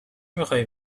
میخوایی